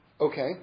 Okay